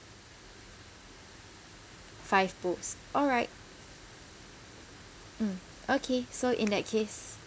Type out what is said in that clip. five bowls alright mm okay so in that case